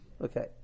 Okay